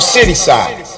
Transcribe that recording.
Cityside